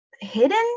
hidden